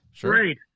Great